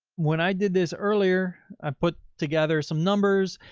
when i did this earlier, i put together some numbers,